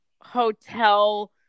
hotel